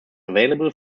available